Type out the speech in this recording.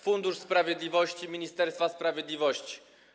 Fundusz Sprawiedliwości Ministerstwa Sprawiedliwości.